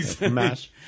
MASH